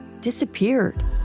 disappeared